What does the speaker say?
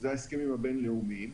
זה ההסכמים הבין-לאומיים,